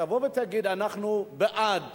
תבוא ותגיד: אנחנו בעד